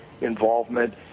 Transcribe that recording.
involvement